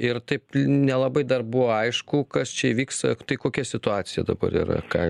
ir taip nelabai dar buvo aišku kas čia vyksta tai kokia situacija dabar yra ką